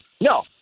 No